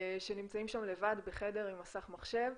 שנמצאים שם לבד בחדר עם מסך מחשב,